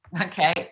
okay